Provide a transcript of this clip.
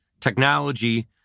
technology